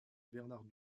bernard